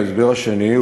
ההסבר השני,